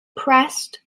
pressed